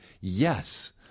yes